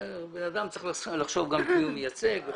בן אדם צריך לחשוב גם את מי הוא מייצג וכולי.